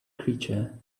creature